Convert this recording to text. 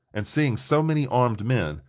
and, seeing so many armed men,